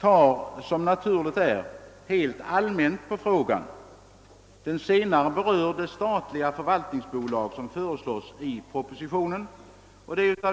behandlar — som naturligt är — frågan helt allmänt, medan den andra behandlar just det statliga förvaltningsbolag som föreslås i propositionen.